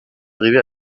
arrivé